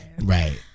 right